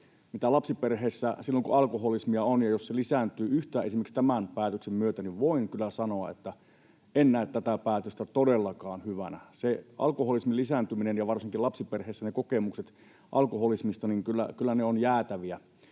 mitä lapsiperheessä silloin on, kun alkoholismia on, ja jos se lisääntyy yhtään esimerkiksi tämän päätöksen myötä, voin kyllä sanoa, että en näe tätä päätöstä todellakaan hyvänä. Alkoholismin lisääntyminen ja varsinkin lapsiperheissä ne kokemukset alkoholismista — kyllä ne ovat jäätäviä.